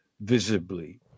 visibly